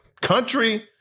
country